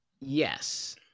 Yes